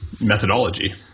methodology